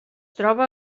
troba